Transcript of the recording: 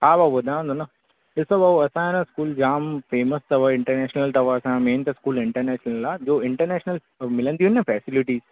हा भाऊ ॿुधायांव नथो ॾिसो भाऊ असांजो न स्कूल जाम फेमस अथव इंटरनेशनल अथव असांजो मेन त स्कूल इंटरनेशनल आहे जो इंटरनेशनल मिलंदियूं आहिनि न फेसिलिटी